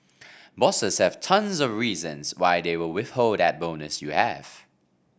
bosses have tons of reasons why they will withhold that bonus you have